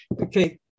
okay